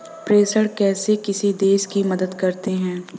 प्रेषण कैसे किसी देश की मदद करते हैं?